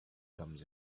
comes